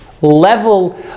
Level